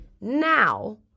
now